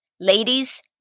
Ladies